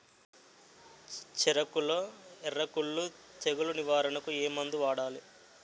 చెఱకులో ఎర్రకుళ్ళు తెగులు నివారణకు ఏ మందు వాడాలి?